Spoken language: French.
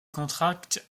contracte